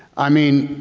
i mean,